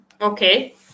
okay